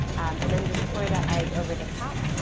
and then just pour the eggs over the top.